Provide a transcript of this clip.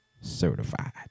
certified